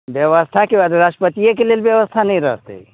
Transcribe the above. बेबस्थाकि राष्ट्रपतिएके लेल बेबस्था नहि रहतै